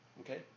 Okay